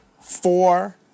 four